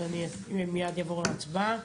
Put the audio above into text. אז אני מייד אעבור להצבעה.